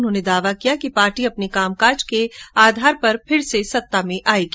उन्होंने दावा किया कि पार्टी अपने कामकाज के आधार पर फिर से सत्ता में आएगी